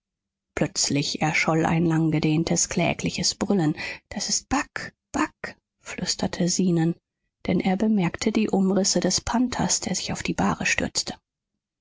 plötzlich erscholl ein langgedehntes klägliches brüllen das ist bagh bagh flüsterte zenon denn er bemerkte die umrisse des panthers der sich auf die bahre stürzte